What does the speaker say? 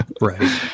Right